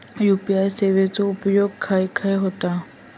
UPI सेवेचा उपयोग खाय खाय होता?